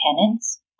tenants